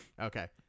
Okay